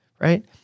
Right